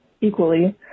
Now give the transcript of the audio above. equally